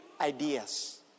ideas